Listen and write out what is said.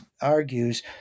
argues